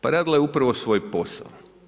Pa radila je upravo svoj posao.